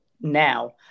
now